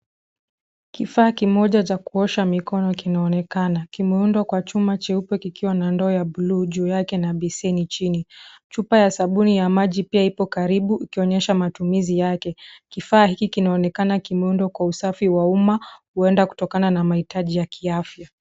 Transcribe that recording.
Kifaa kimoja cha kuosha mikono kinaonekana. Kimeundwa kwa chuma cheupe kikiwa na ndoo ya bluu juu yake na beseni chini. Chupa ya sabuni pia iko karibu ikionyesha matumizi yake. Kifaa hiki kinaonekana kimeundwa kwa usafi wa umma huenda kutokana na maitaji ya afya.